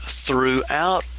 throughout